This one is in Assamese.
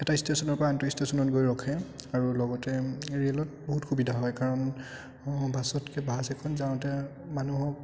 এটা ইষ্টেচনৰ পৰা আনটো ইষ্টেচনত গৈ ৰখে আৰু লগতে ৰে'লত বহুত সুবিধা হয় কাৰণ বাছতকে বাছ এখন যাওঁতে মানুহক